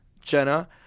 Jenna